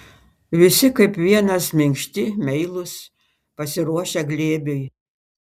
visi kaip vienas minkšti meilūs pasiruošę glėbiui